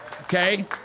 okay